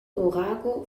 orakel